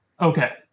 Okay